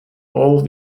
all